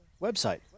website